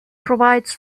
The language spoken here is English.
provides